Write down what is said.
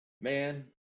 man